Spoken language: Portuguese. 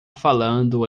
falando